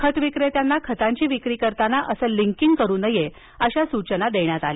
खत विक्रेत्यांनी खतांची विक्री करतांना असं लिंकींग करु नये अशा सूचना यावेळी देण्यात आल्या